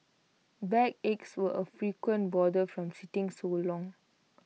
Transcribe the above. backaches were A frequent bother from sitting so long